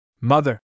Mother